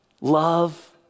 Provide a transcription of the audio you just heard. love